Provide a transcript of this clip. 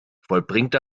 vollbringt